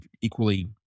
equally